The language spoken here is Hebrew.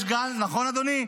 נכון, אדוני?